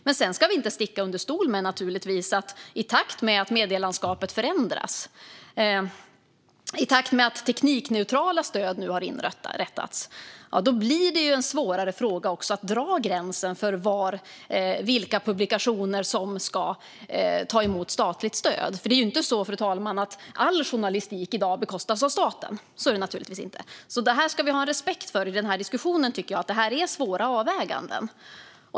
Sedan ska vi naturligtvis inte sticka under stol med att i takt med att medielandskapet förändras och att teknikneutrala stöd nu inrättas blir det också en svårare fråga att dra gränsen för vilka publikationer som ska ta emot statligt stöd. Det är ju inte så, fru talman, att all journalistik i dag bekostas av staten. Så är det naturligtvis inte. Jag tycker att vi i denna diskussion ska ha respekt för att det är svåra avväganden.